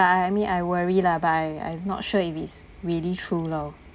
I I mean I worry lah but I I'm not sure if it's really true loh